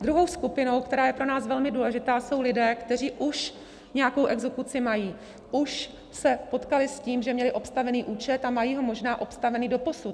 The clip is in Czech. Druhou skupinou, která je pro nás velmi důležitá, jsou lidé, kteří už nějakou exekuci mají, už se potkali s tím, že měli obstavený účet, a mají ho možná obstavený doposud.